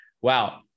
Wow